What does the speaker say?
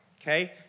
Okay